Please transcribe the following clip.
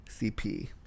CP